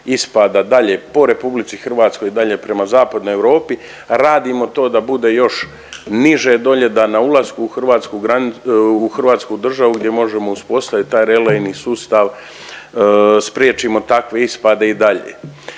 ispada dalje po RH i dalje prema zapadnoj Europi. Radimo to da bude još niže dolje, da na ulasku u hrvatsku gran… u hrvatsku državu gdje možemo uspostaviti taj relejni sustav spriječimo takve ispade i dalje.